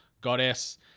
goddess